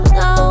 no